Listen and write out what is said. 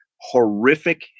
horrific